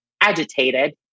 agitated